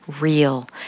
real